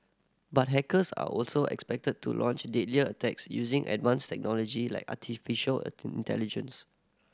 but hackers are also expected to launch deadlier attacks using advanced technology like artificial intelligence